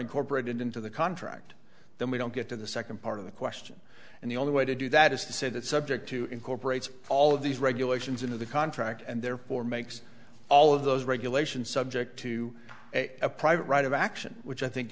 incorporated into the contract then we don't get to the second part of the question and the only way to do that is to say that subject to incorporates all of these regulations into the contract and therefore makes all of those regulations subject to a private right of action which i think